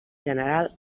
general